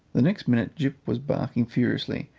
the next minute gyp was barking furiously,